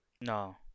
No